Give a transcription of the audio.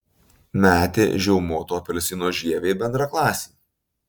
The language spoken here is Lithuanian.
metė žiaumoto apelsino žievę į bendraklasį